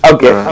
Okay